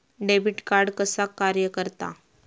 Debit card कसा कार्य करता?